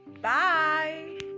bye